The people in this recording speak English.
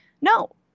No